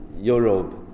Europe